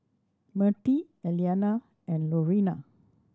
Mertie Elliana and Lurena